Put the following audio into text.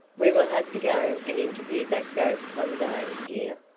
we will have to go and interview that ghost some day, dear,